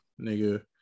nigga